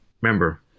Remember